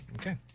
Okay